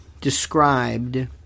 described